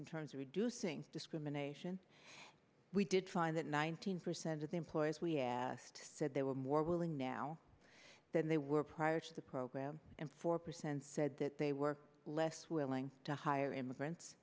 in terms of reducing discrimination we did find that nineteen percent of employers we asked said they were more willing now than they were prior to the program and four percent said that they were less willing to hire immigrants